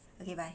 okay bye